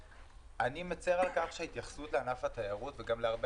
אני מצר על כך שההתייחסות לענף התיירות וגם להרבה